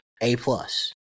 A-plus